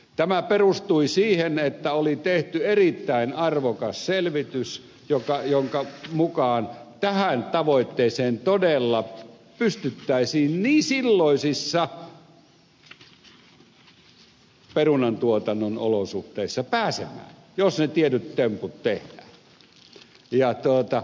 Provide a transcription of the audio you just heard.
tämä perustui siihen että oli tehty erittäin arvokas selvitys jonka mukaan tähän tavoitteeseen todella pystyttäisiin silloisissa perunantuotannon olosuhteissa pääsemään jos ne tietyt temput tehdään